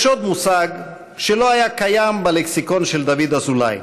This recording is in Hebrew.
יש עוד מושג שלא היה קיים בלקסיקון של דוד אזולאי: